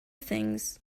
things